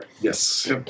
Yes